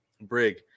Brig